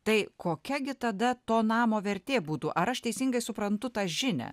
tai kokia gi tada to namo vertė būtų ar aš teisingai suprantu tą žinią